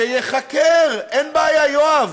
שייחקר, אין בעיה, יואב.